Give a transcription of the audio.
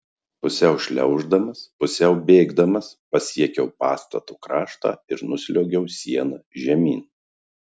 pusiau šliauždamas pusiau bėgdamas pasiekiau pastato kraštą ir nusliuogiau siena žemyn